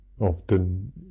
Often